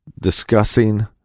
discussing